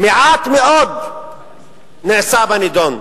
מעט מאוד נעשה בנדון.